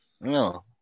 No